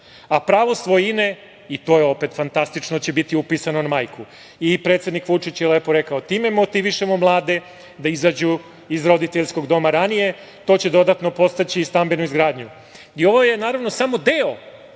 a pravo svojine, što je takođe fantastično, biće upisano na majku. Predsednik Vučić je lepo rekao – time motivišemo mlade da izađu iz roditeljskog doma ranije. To će dodatno podstaći i stambenu izgradnju. Ovo je samo deo